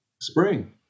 spring